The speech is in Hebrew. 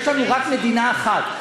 יש לנו רק מדינה אחת,